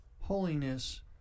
Holiness